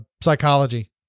psychology